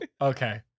Okay